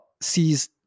sees